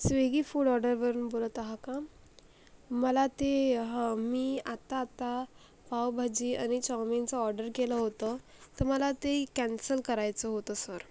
Swiggy food ऑर्डरवरून बोलत आहा का मला ते हं मी आत्ता आता पावभाजी आणि चॉवमिनचं ऑर्डर केलं होत तर मला ते कॅन्सल करायचं होतं सर